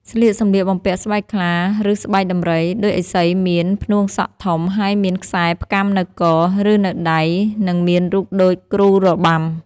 ស្លៀកសម្លៀកបំពាក់ស្បែកខ្លា ឬស្បែកដំរី ដូចឥសីមាន ផ្នួងសក់ធំ ហើយមានខ្សែផ្គាំនៅក ឬនៅដៃ និងមានរូបដូចគ្រូរបាំ។។